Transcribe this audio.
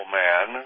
man